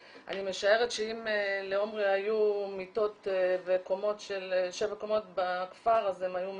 אני משערת שאם לעמרי היו מיטות של שבע קומות בכפר אז הן היו מלאות.